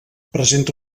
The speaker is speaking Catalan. presenta